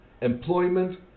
employment